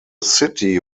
city